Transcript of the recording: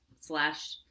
slash